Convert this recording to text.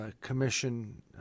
commission